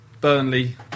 Burnley